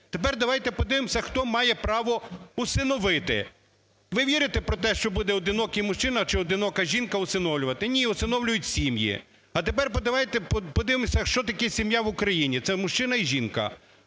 Тепер давайте подивимося хто має право усиновити. Ви вірите про те, що буде одинокий мужчина чи одинока жінка всиновлювати? Ні, всиновлюють сім'ї. А тепер давайте подивимося, що таке сім'я в Україні - це мужчина і жінка.